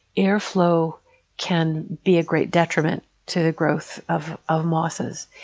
air flow can be a great detriment to the growth of of mosses.